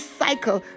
cycle